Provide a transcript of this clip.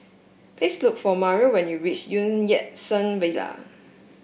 please look for Mario when you reach Yat Sen Villa